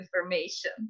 information